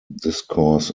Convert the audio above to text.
discourse